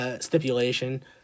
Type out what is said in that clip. stipulation